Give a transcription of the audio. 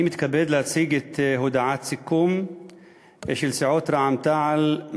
אני מתכבד להציג את הודעת הסיכום של סיעות רע"ם-תע"ל-מד"ע